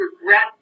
regret